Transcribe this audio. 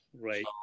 Right